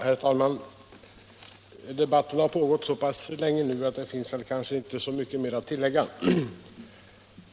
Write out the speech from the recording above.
Herr talman! Debatten har nu pågått så länge att det kanske inte finns mycket att tillägga.